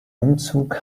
umzug